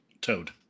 Toad